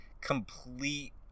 complete